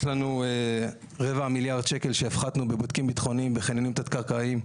יש לנו רבע מיליארד שקל שהפחתנו בבודקים ביטחוניים בחניונים תת-קרקעיים,